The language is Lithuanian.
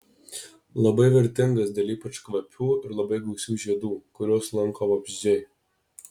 labai vertingas dėl ypač kvapių ir labai gausių žiedų kuriuos lanko vabzdžiai